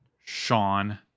Sean